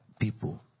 people